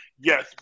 yes